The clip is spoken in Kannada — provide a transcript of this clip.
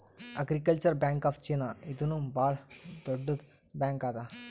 ಅಗ್ರಿಕಲ್ಚರಲ್ ಬ್ಯಾಂಕ್ ಆಫ್ ಚೀನಾ ಇದೂನು ಭಾಳ್ ದೊಡ್ಡುದ್ ಬ್ಯಾಂಕ್ ಅದಾ